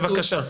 בבקשה.